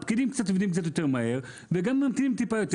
הפקידים עובדים קצת יותר מהר וגם ממתינים מעט יותר,